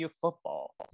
football